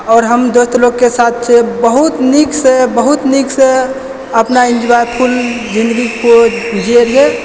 आओर हम दोस्त लोगके साथ बहुत नीकसँ बहुत नीकसँ अपना एन्जॉय फुल जिन्दगीके जिए रहियै